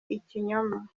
ikinyoma